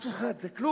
אף אחד, זה כלום.